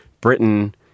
Britain